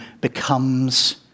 becomes